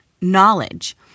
knowledge